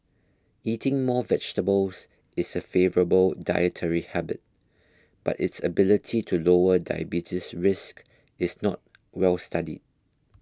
eating more vegetables is a favourable dietary habit but its ability to lower diabetes risk is not well studied